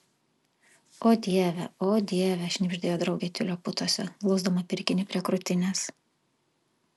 o dieve o dieve šnibždėjo draugė tiulio putose glausdama pirkinį prie krūtinės